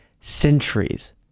centuries